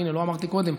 הינה, לא אמרתי קודם: